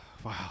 wow